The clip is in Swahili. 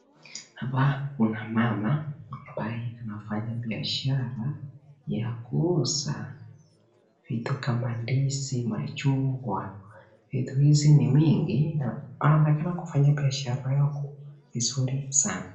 Hapa kuna mama ambaye anafanya biashara ya kuuza vitu kama ndizi, mahindi, machugwa, vitu hizi ni mingi . Anaonekana kufanya biashara yao vizuri sana.